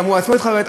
גם הוא עצמו התחרט,